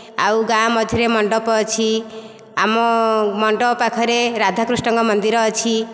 ଆଉ ଗାଁ ମଝିରେ ମଣ୍ଡପ ଅଛି ଆମ ମଣ୍ଡପ ପାଖରେ ରାଧା କୃଷ୍ଣଙ୍କ ମନ୍ଦିର ଅଛି